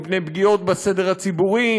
מפני פגיעות בסדר הציבורי,